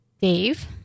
Dave